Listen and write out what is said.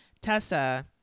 Tessa